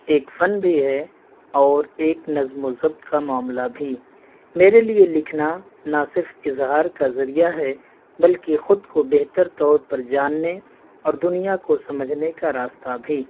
ایک فن بھی ہے اور ایک نظم و ضبط کا معاملہ بھی میرے لیے لکھنا نہ صرف اظہار کا ذریعہ ہے بلکہ خود کو بہتر طور پر جاننے اور دنیا کو سمجھنے کا راستہ بھی